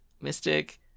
Mystic